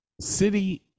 City